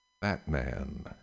Batman